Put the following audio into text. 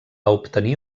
obtenir